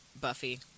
Buffy